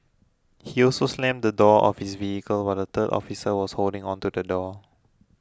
he also slammed the door of his vehicle while the third officer was holding onto the door